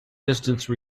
distance